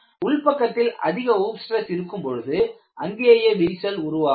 உள் பக்கத்தில் அதிக ஹூப் ஸ்டிரஸ் இருக்கும் பொழுது அங்கேயே விரிசல் உருவாகும்